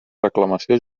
reclamació